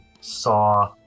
saw